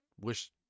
wish